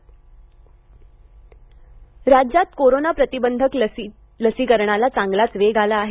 राज्य लसीकरण राज्यात कोरोना प्रतिबंधक लसीकरणाला चांगलाच वेग आला आहे